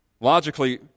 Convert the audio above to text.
Logically